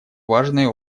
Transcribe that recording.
важной